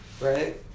Right